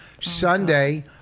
Sunday